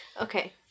okay